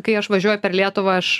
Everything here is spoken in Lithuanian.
kai aš važiuoju per lietuvą aš